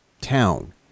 town